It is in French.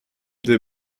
des